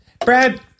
Brad